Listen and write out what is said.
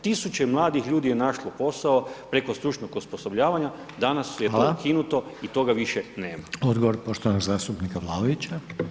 Tisuće mladih ljudi je našlo posao preko stručnog osposobljavanja, danas je [[Upadica: Hvala]] to ukinuto i toga više nema.